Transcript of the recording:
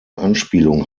anspielung